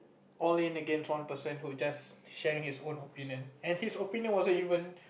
all in against one person who just sharing his own opinion and his opinion wasn't even